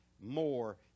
more